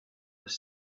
was